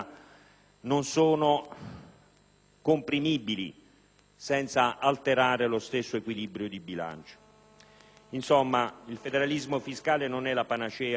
comprimibili senza alterare lo stesso equilibrio di bilancio. Insomma, il federalismo fiscale non è la panacea di tutti i mali,